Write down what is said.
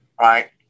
right